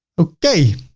okay.